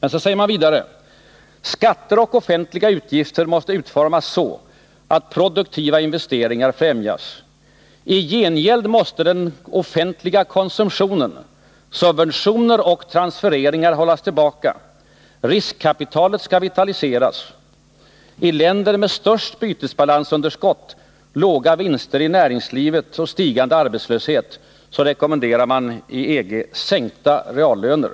I rapporten sägs vidare att skatter och offentliga utgifter måste utformas så, att produktiva investeringar främjas. I gengäld måste den offentliga konsumtionen, subventioner och transfereringar hållas tillbaka. Riskkapitalet skall vitaliseras. För de länder som har de största bytesbalansunderskotten, låga vinster i näringslivet och stigande arbetslöshet rekommenderas sänkta reallöner.